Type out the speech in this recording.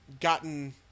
gotten